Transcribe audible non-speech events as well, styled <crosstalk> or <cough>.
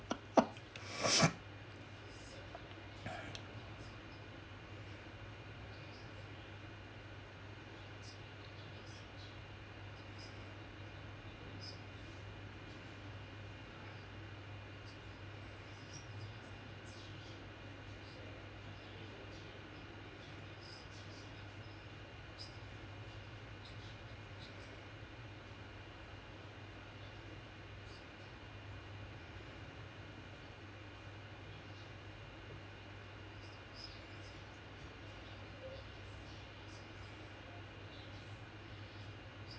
<laughs> <breath>